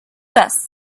best